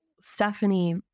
Stephanie